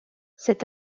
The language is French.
cet